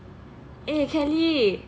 eh kelly